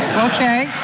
okay,